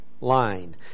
line